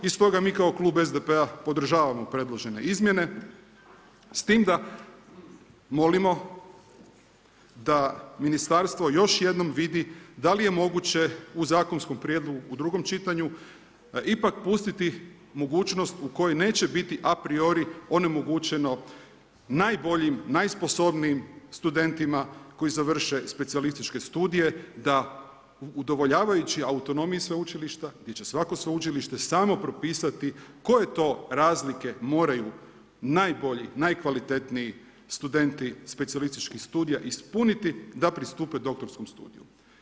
I stoga mi kao klub SDP-a podržavamo predložene izmjene, s tim da molimo da ministarstvo još jednom vidi da li je moguće u zakonskom prijedlogu u drugom čitanju ipak pustiti mogućnost u kojoj neće biti a priori onemogućeno najboljim, najsposobnijim studentima koji završe specijalističke studije da udovoljavajući autonomiji sveučilišta, gdje će svako sveučilište samo propisati koje to razlike moraju najbolji, najkvalitetniji studenti specijalističkih studija ispuniti da pristupe doktorskom studiju.